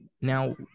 now